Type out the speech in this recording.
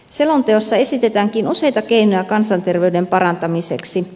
selonteossa esitetäänkin useita keinoja kansanterveyden parantamiseksi